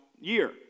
year